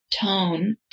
tone